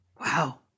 Wow